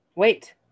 Wait